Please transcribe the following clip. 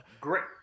great